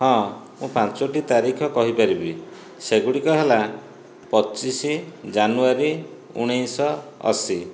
ହଁ ମୁଁ ପାଞ୍ଚୋଟି ତାରିଖ କହିପାରିବି ସେଗୁଡ଼ିକ ହେଲା ପଚିଶି ଜାନୁଆରୀ ଉଣେଇଶହ ଅଶୀ